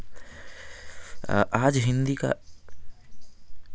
आज हिंदी का